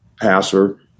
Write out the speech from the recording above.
passer